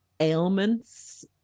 Ailments